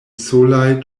solaj